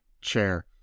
chair